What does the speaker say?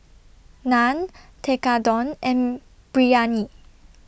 Naan Tekkadon and Biryani